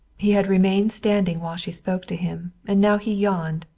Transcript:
he had remained standing while she spoke to him, and now he yawned,